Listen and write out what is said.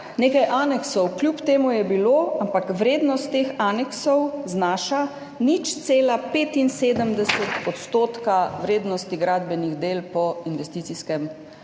nekaj aneksov je kljub temu bilo, ampak vrednost teh aneksov znaša 0,75 % vrednosti gradbenih del po investicijskem